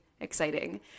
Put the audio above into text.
exciting